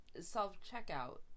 self-checkout